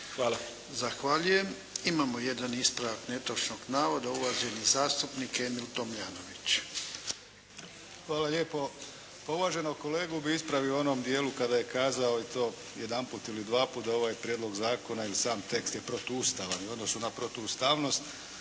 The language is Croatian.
(HDZ)** Zahvaljujem. Imamo jedan ispravak netočnog navoda, uvaženi zastupnik Emil Tomljanović. **Tomljanović, Emil (HDZ)** Hvala lijepo. Pa uvaženog kolegu bih ispravio u onom dijelu kada je kazao i to jedanput ili dvaput da ovaj prijedlog zakona ili sam tekst je protuustavan i u odnosu na protuustavnost